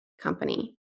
company